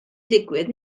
ddigwydd